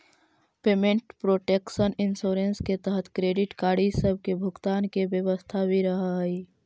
payment protection insurance के तहत credit card इ सब के भुगतान के व्यवस्था भी रहऽ हई